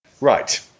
Right